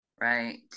Right